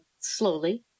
slowly